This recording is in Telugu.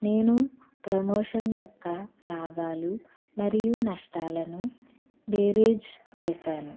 నేను ప్రమోషన్ యొక్క లాభాలు మరియు నష్టాలను వేరేజ్ వేశాను